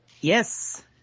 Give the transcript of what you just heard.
Yes